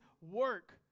work